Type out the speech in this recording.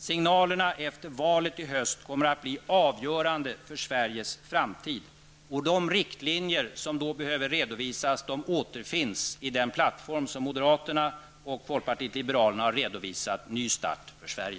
Signalerna efter valet i höst kommer att bli avgörande för Sveriges framtid. De riktlinjer som då behöver redovisas återfinns i den plattform som moderaterna och folkpartiet liberalerna har framfört -- Ny start för Sverige.